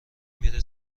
میره